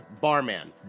Barman